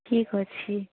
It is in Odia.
ଠିକ୍ ଅଛି